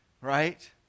right